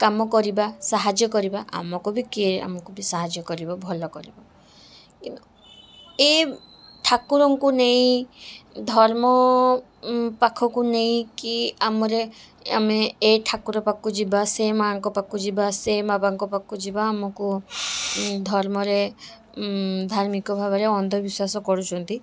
କାମ କରିବା ସାହାଯ୍ୟ କରିବା ଆମକୁ କିଏ ଆମକୁ ବି ସାହାଯ୍ୟ କରିବ ଭଲ କରିବ ଏ ଠାକୁରଙ୍କୁ ନେଇ ଧର୍ମ ପାଖକୁ ନେଇକି ଆମର ଆମେ ଏ ଠାକୁର ପାଖକୁ ଯିବା ଏ ମାଆଙ୍କ ପାଖକୁ ଯିବା ସେ ବାବାଙ୍କ ପାଖକୁ ଯିବା ଆମକୁ ଧର୍ମରେ ଧାର୍ମିକ ଭାବରେ ଅନ୍ଧବିଶ୍ୱାସ କରୁଛନ୍ତି